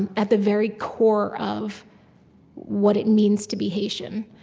and at the very core of what it means to be haitian.